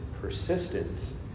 persistence